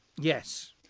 Yes